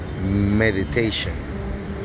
meditation